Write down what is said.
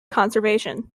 conservation